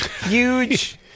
huge